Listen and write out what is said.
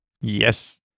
Yes